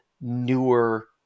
newer